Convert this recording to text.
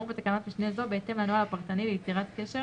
בתקנת משנה זו בהתאם לנוהל הפרטני ליצירת קשר